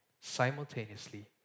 simultaneously